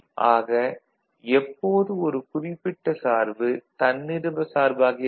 ஆக எப்போது ஒரு குறிப்பிட்ட சார்பு தன்னிரும சார்பு ஆகிறது